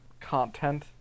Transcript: content